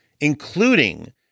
including